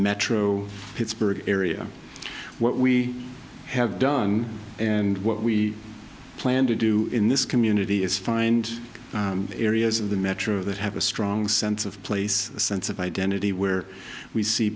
metro pittsburgh area what we have done and what we plan to do in this community is find areas of the metro that have a strong sense of place a sense of identity where we see